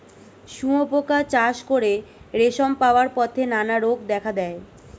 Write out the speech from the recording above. শুঁয়োপোকা চাষ করে রেশম পাওয়ার পথে নানা রোগ দেখা দেয়